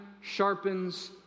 sharpens